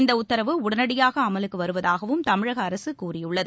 இந்த உத்தரவு உடனடியாக அமலுக்கு வருவதாகவும் தமிழக அரசு கூறியுள்ளது